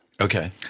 Okay